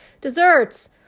Desserts